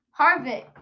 Harvick